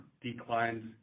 declines